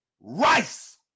Rice